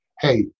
Hey